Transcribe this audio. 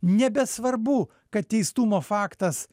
nebesvarbu kad teistumo faktas